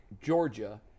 Georgia